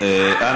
לא